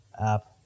app